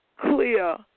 clear